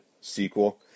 sequel